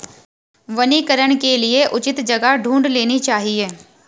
वनीकरण के लिए उचित जगह ढूंढ लेनी चाहिए